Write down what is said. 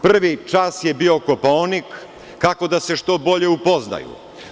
Prvi čas je bio Kopaonik, kako da se što bolje upoznaju.